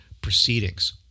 proceedings